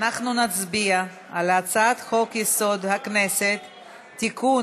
אנחנו נצביע על הצעת חוק-יסוד: הכנסת (תיקון,